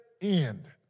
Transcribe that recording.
end